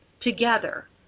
together